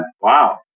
Wow